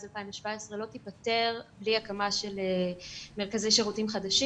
2017 לא תיפתר בלי הקמה של מרכזי שירותים חדשים.